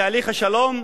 בתהליך השלום,